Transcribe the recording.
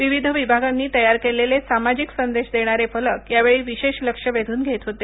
विविध विभागांनी तयार केलेले सामाजिक संदेश देणारे फलक यावेळी विशेष लक्ष वेधून घेत होते